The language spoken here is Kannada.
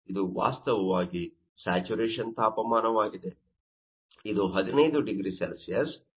ಇದು ವಾಸ್ತವವಾಗಿ ಸ್ಯಾಚುರೇಶನ್ ತಾಪಮಾನವಾಗಿದೆ ಆದ್ದರಿಂದ ಇದು 15 0C ಮತ್ತು ಇದು 30 0C ಆಗಿದೆ